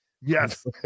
Yes